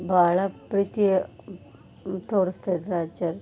ಭಾಳ ಪ್ರೀತಿ ತೋರಿಸ್ತಾ ಇದ್ದರು ಅಜ್ಜಾರು